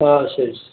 ആ ശരി ശരി